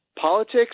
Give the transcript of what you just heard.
politics